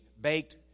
baked